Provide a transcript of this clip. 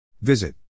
Visit